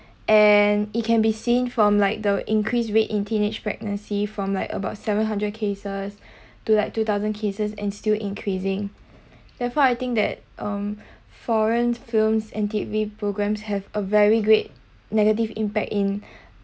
and it can be seen from like the increase rate in teenage pregnancy from like about seven hundred cases to like two thousand cases and still increasing therefore I think that um foreign films and T_V programmes have a very great negative impact in